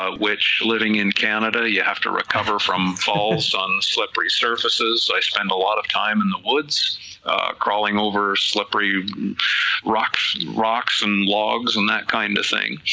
ah which living in canada you have to recover from falls on slippery surfaces, i spent a lot of time in the woods crawling over slippery rocks and and logs and that kind of thing,